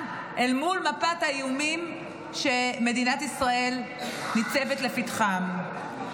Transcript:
אל מול מפת האיומים שמדינת ישראל ניצבת לפתחם.